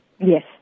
yes